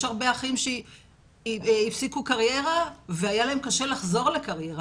יש הרבה אחים שהפסיקו קריירה והיה להם קשה לחזור לקריירה,